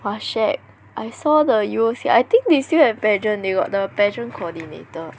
!wah! shag I saw the U_O_C sia I think they still have pageant they got the pageant coordinator